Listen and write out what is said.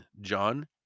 John